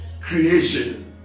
creation